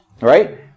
right